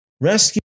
rescue